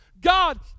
God